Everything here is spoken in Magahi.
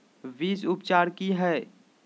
बीज उपचार कि हैय?